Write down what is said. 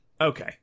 Okay